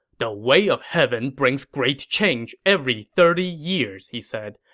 the way of heaven brings great change every thirty years, he said.